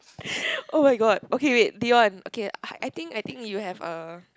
oh-my-god okay wait Dion okay I think I think you have a